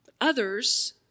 Others